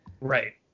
right